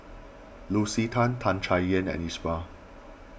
Lucy Tan Tan Chay Yan and Iqbal